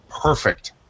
perfect